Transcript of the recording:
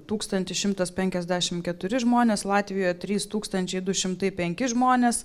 tūkstantis šimtas penkiasdešimt keturi žmonės latvijoje trys tūkstančiai du šimtai penki žmonės